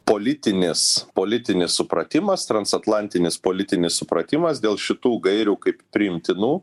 politinis politinis supratimas transatlantinis politinis supratimas dėl šitų gairių kaip priimtinų